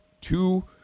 two